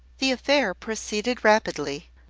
the affair proceeded rapidly,